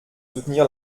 soutenir